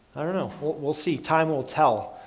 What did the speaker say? i don't know we'll see, time will tell.